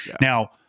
Now